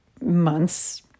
months